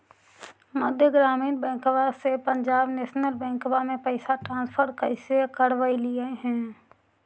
मध्य ग्रामीण बैंकवा से पंजाब नेशनल बैंकवा मे पैसवा ट्रांसफर कैसे करवैलीऐ हे?